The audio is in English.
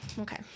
okay